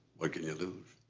what can you lose?